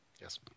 Yes